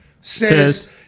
says